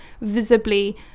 visibly